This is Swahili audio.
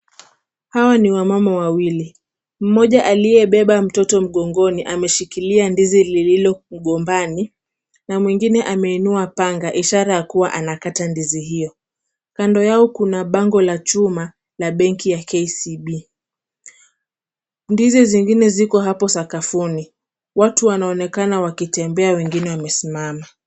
Hawa ni wamama wawili, mmoja aliyebeba mtoto mgongoni ameshikilia ndizi lililo mgombani na mwingine ameinua panga ishara ya kuwa anakata ndizi hilo, kando yao kuna bango la chuma la benki la KCB. Ndizi zingine ziko hapo sakafuni. Watu wanaonekana wakitembea wengine wamesimama.